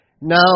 Now